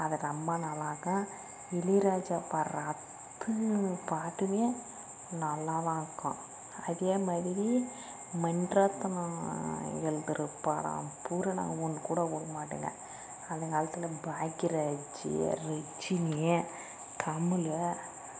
அதை ரொம்ப நாளாக இளையராஜா பாடுற அத்தனை பாட்டுமே நல்லாதான் இருக்கும் அதே மாதிரி மண்ரத்தனம் எழுதுகிற படம் பூரா நான் ஒன்றுக்கூட விடமாட்டேங்க அந்தகாலத்தில் பாக்கியராஜ் லெட்சமி கமல்